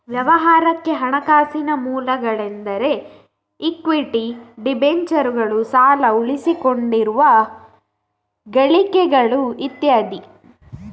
ವ್ಯವಹಾರಕ್ಕೆ ಹಣಕಾಸಿನ ಮೂಲಗಳೆಂದರೆ ಇಕ್ವಿಟಿ, ಡಿಬೆಂಚರುಗಳು, ಸಾಲ, ಉಳಿಸಿಕೊಂಡಿರುವ ಗಳಿಕೆಗಳು ಇತ್ಯಾದಿ